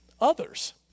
others